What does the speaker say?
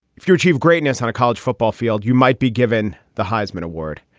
if you achieve greatness on a college football field, you might be given the heisman award.